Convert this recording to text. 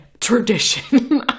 tradition